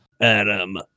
Adam